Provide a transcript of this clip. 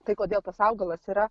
tai kodėl tas augalas yra